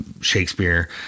Shakespeare